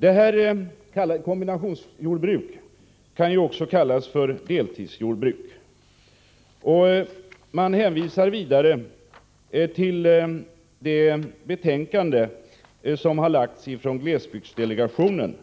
Sådana jordbruk kan också kallas deltidsjordbruk. Vidare hänvisar utskottet till en rapport från glesbygdsdelegationen .